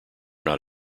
not